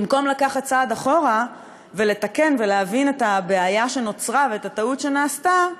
במקום לקחת צעד אחורה ולתקן ולהבין את הבעיה שנוצרה ואת הטעות שנעשתה,